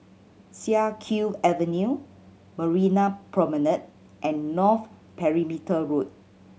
Siak Kew Avenue Marina Promenade and North Perimeter Road